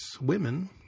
women